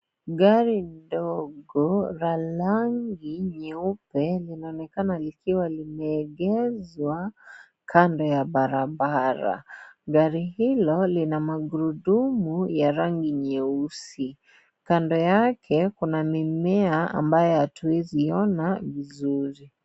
Gari ndogo la rangi nyeupe linaonekana likiwa lime egeshwa kando ya barabara gari hilo lina magurudumu ya rangi nyeusi. Kando yake kuna mimea ambayo hatuwezi ona vizuri.